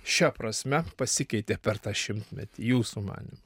šia prasme pasikeitė per tą šimtmetį jūsų manymu